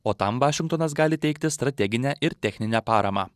o tam vašingtonas gali teikti strateginę ir techninę paramą